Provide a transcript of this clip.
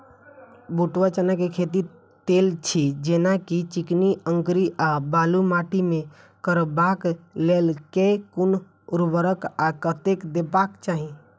बूट वा चना केँ खेती, तेल छी जेना की चिकनी, अंकरी आ बालू माटि मे करबाक लेल केँ कुन उर्वरक आ कतेक देबाक चाहि?